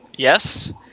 Yes